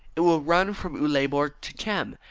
it will run from uleaborg to kem,